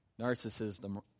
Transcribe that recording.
narcissism